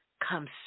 comes